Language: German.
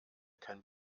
kein